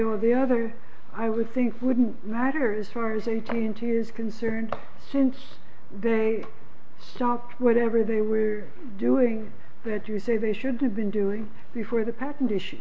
or the other i would think wouldn't matter as far as a t n t is concerned since they stopped whatever they were doing that you say they should've been doing before the patent issue